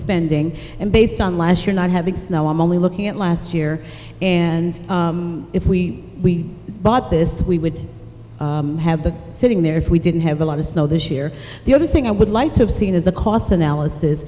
spending and based on last year not having snow i'm only looking at last year and if we bought this we would have the sitting there if we didn't have a lot of snow this year the other thing i would like to have seen is a cost analysis